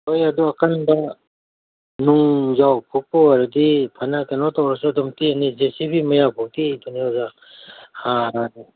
ꯍꯣꯏ ꯑꯗꯣ ꯑꯀꯟꯕ ꯅꯨꯡꯖꯥꯎ ꯐꯨꯛꯄ ꯑꯣꯏꯔꯗꯤ ꯐꯅ ꯀꯩꯅꯣ ꯇꯧꯔꯁꯨ ꯑꯗꯨꯝ ꯇꯦꯛꯅꯤ ꯖꯦ ꯁꯤ ꯕꯤ ꯃꯌꯥꯐꯥꯎ ꯇꯦꯛꯏꯗꯨꯅꯤ ꯑꯣꯖꯥ